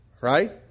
right